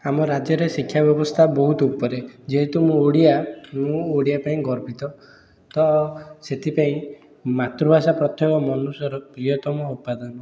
ଆମ ରାଜ୍ୟରେ ଶିକ୍ଷା ବ୍ୟବସ୍ଥା ବହୁତ ଉପରେ ଯେହେତୁ ମୁଁ ଓଡ଼ିଆ ମୁଁ ଓଡ଼ିଆ ପାଇଁ ଗର୍ବିତ ତ ସେଥିପାଇଁ ମାତୃଭାଷା ପ୍ରଥମେ ମନୁଷ୍ୟର ପ୍ରିୟତମ ଉପାଦାନ